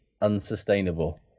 unsustainable